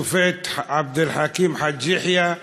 השופט עבד אל חכים חאג' יחיא,